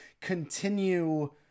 continue